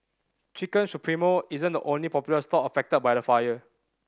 Chicken Supremo isn't the only popular stall affected by the fire